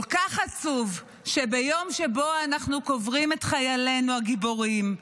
כל כך עצוב שביום שבו אנחנו קוברים את חיילינו הגיבורים,